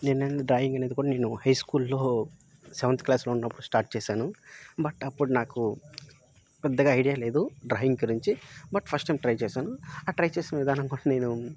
నేను డ్రాయింగ్ అనేది కూడా నేను హైస్కూల్లో సెవెంత్ క్లాస్లో ఉన్నప్పుడు స్టార్ట్ చేశాను బట్ అప్పుడు నాకు పెద్దగా ఐడియా లేదు డ్రాయింగ్ గురించి బట్ ఫస్ట్ టైమ్ ట్రై చేశాను ఆ ట్రై చేసిన విధానం కూడా నేను